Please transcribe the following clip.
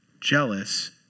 jealous